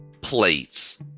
Plates